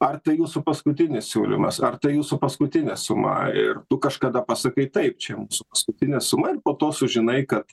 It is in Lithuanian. ar tai jūsų paskutinis siūlymas ar tai jūsų paskutinė suma ir tu kažkada pasakai taip čia mūsų paskutinė suma ir po to sužinai kad